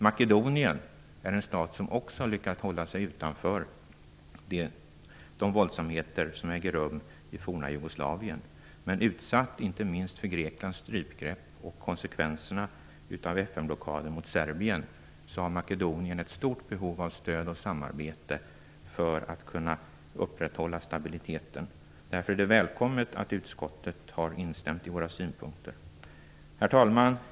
Makedonien är en stat som också lyckats hålla sig utanför de våldsamheter som äger rum i det forna Jugoslavien men är utsatt för inte minst Greklands strypgrepp och konsekvenserna av FN-blockaden mot Serbien. Makedonien är därför i stort behov av stöd och samarbete för att kunna upprätthålla stabiliteten. Därför är det välkommet att utskottet har instämt i våra synpunkter. Herr talman!